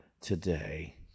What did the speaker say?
today